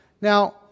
Now